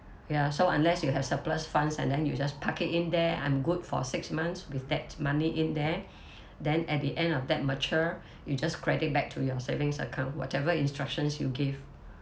ya so unless you have surplus funds and then you just park it in there I'm good for six months with that money in there then at the end of that mature you just credit back to your savings account whatever instructions you give